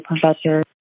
professor